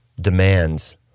demands